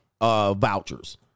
vouchers